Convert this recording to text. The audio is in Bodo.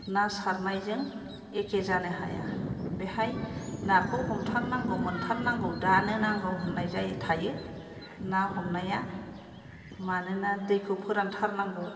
ना सारनायजों एके जानो हाया बेहाय नाखौ हमथारनांगौ मोनथारनांगौ दानो नांगौ होननाय जायो थायो ना हमनाया मानोना दैखौ फोरानथारनांगौ